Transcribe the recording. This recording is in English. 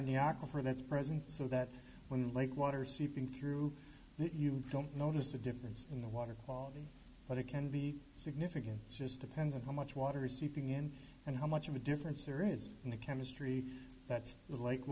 in the octal for that's present so that when lake water seeping through it you don't notice a difference in the water quality but it can be significant just depends on how much water is seeping in and how much of a difference there is in the chemistry that's like